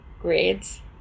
grades